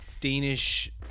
Danish